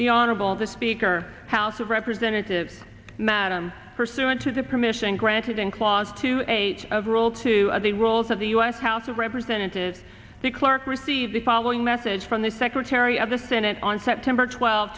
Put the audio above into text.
the honorable the speaker house of representatives madam pursuant to the permission granted in clause to eight of rule two of the rules of the u s house of representatives the clerk received the following message from the secretary of the senate on september twelfth